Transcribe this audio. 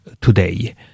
today